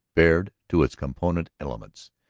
bared to its component elements.